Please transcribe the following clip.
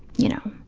you know,